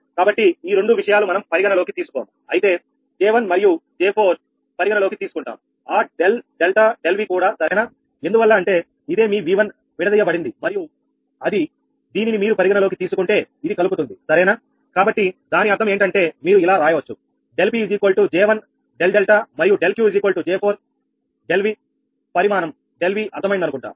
కాబట్టి ఈ రెండు విషయాలు మనం పరిగణనలోకి తీసుకోముఅయితే J1మరియు J4 పరిగణలోకి తీసుకుంటాంఆ ∆𝛿 ∆𝑉 కూడా సరేనా ఎందువల్ల అంటే ఇదే మీ V1 విడదీయబడింది మరియు అది మరియు దీనిని మీరు పరిగణలోకి తీసుకుంటే ఇది కలుపుతుంది సరేనా కాబట్టి దాని అర్థం ఏంటంటే మీరు ఇలా రాయవచ్చు ∆𝑃 𝐽1∆𝛿 మరియు ∆𝑄 𝐽4∆𝑉పరిమాణం ∆𝑉 అర్ధమైన్దనుకుంటా